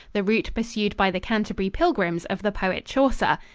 the route pursued by the canterbury pilgrims of the poet chaucer.